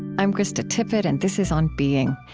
i'm krista tippett, and this is on being.